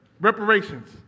Reparations